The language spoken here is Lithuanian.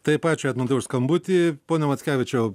taip ačiū už skambutį pone mackevičiau